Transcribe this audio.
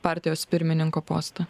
partijos pirmininko postą